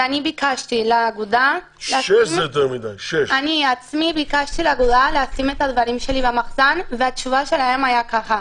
אני ביקשתי מהאגודה לשים את הדברים שלי במחסן והתשובה שלהם הייתה ככה: